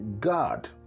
God